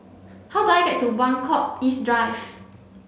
how do I get to Buangkok East Drive